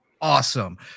awesome